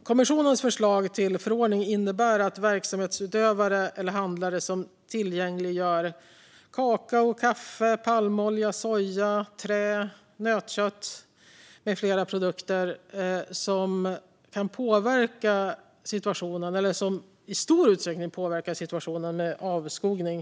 Kommissionens förslag till förordning gäller verksamhetsutövare eller handlare som tillgängliggör kakao, kaffe, palmolja, soja, trä och nötkött med flera produkter som i stor utsträckning påverkar situationen med avskogning.